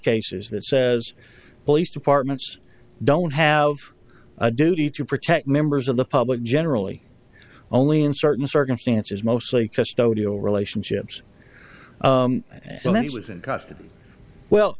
cases that says police departments don't have a duty to protect members of the public generally only in certain circumstances mostly custodial relationships and then it was in